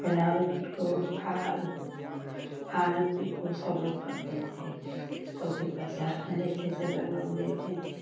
blouse petticoat fall fall pico सबलोग करते थे जिसको भी पैसा लेते थे सब लोग देते थे